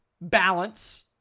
balance